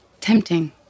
Tempting